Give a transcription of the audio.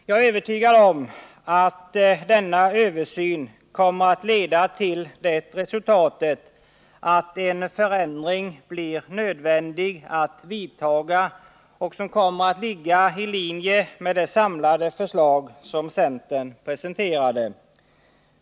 Jag är övertygad om att denna översyn kommer att leda till det resultatet att en förändring blir nödvändig att vidta, en förändring som kommer att ligga i linje med det samlade förslag som centern presenterade.